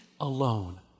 alone